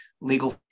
Legal